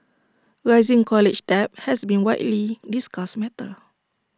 rising college debt has been A widely discussed matter